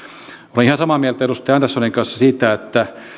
olen ihan samaa mieltä edustaja anderssonin kanssa siitä että